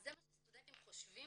זה מה שהסטודנטים חושבים,